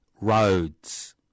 roads